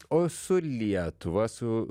o su lietuva su